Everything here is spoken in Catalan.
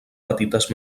petites